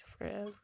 forever